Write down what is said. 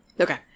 Okay